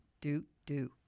Do-do